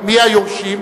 מי היורשים?